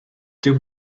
dyw